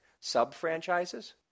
sub-franchises